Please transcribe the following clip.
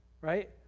Right